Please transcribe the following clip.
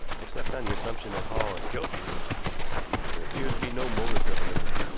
except on the assumption that hall is guilty there appears to be no motive for the murder.